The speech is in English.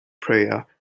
prayer